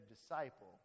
disciple